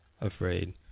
afraid